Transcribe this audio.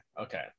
okay